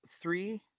three